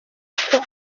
icyo